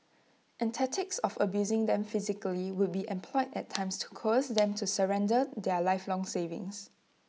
and tactics of abusing them physically would be employed at times to coerce them to surrender their lifelong savings